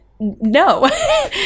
no